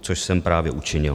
Což jsem právě učinil.